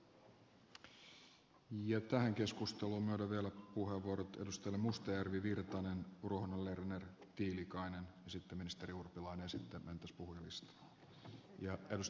tähän keskusteluun myönnän vielä puheenvuorot edustajille mustajärvi virtanen ruohonen lerner tiilikainen ja sitten ministeri urpilainen ja sitten mentäisiin puhujalistaan